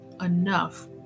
enough